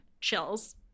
chills